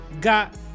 got